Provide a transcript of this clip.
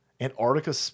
Antarctica